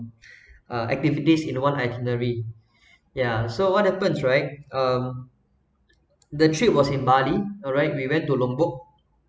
uh activities in one itinerary ya so what happens right um the trip was in bali alright we went to lombok